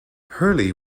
hurley